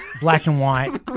black-and-white